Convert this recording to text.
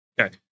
Okay